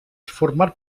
format